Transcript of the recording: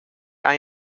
aan